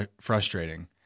frustrating